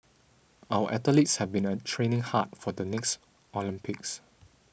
our athletes have been a training hard for the next Olympics